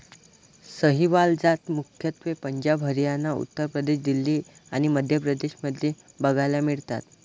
सहीवाल जात मुख्यत्वे पंजाब, हरियाणा, उत्तर प्रदेश, दिल्ली आणि मध्य प्रदेश मध्ये बघायला मिळतात